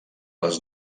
les